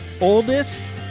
oldest